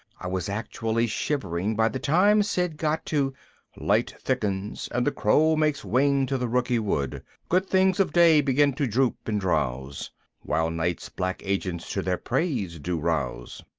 i was actually shivering by the time sid got to light thickens and the crow makes wing to the rooky wood good things of day begin to droop and drowse whiles night's black agents to their preys do rouse.